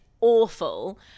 awful